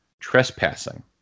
trespassing